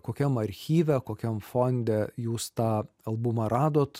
kokiam archyve kokiam fonde jūs tą albumą radot